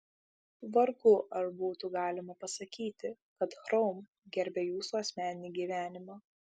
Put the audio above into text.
vargu ar būtų galima pasakyti kad chrome gerbia jūsų asmeninį gyvenimą